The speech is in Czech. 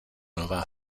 nová